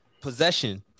possession